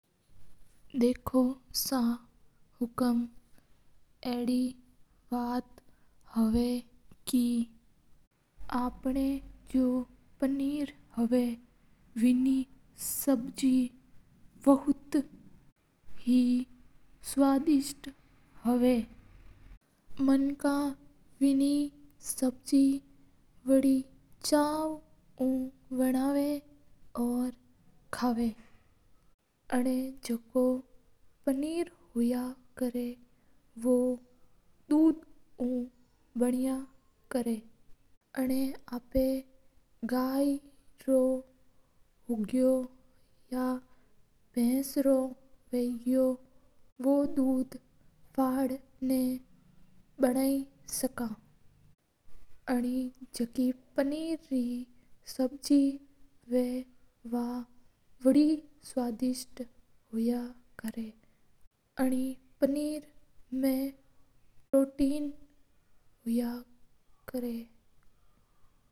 देखो सा हुकूम आधी बात हवा के अपना पानी हव जक रे सब्जी बोथ मस्त बना और मना बडी चावे उ काय कर ह। आना पनीर हवा जको दूध उ फक़द ना बन या कर आना पनीर हवा जको काय ह ने शरीर वास्ता बोथ अच्चो हुया कर ह और पनीर री सब्जी बे बोथ अच्ची बन या कर ह।